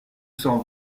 cent